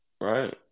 right